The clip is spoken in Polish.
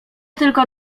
tylko